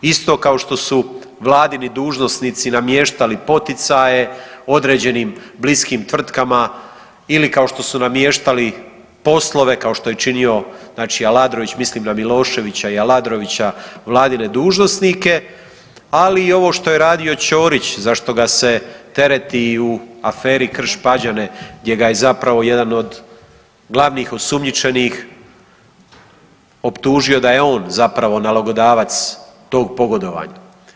Isto kao što su Vladini dužnosnici namještali poticaje određenim bliskim tvrtkama ili kao što su namještali poslove, kao što je činio, znači Aladrović, mislim na Miloševića i Aladrovića Vladine dužnosnike, ali i ovo što je radio Ćorić, za što ga se tereti u aferi Krš Pađene, gdje ga je zapravo jedan od glavnih osumnjičenih optužio da je on zapravo nalogodavac tog pogodovanja.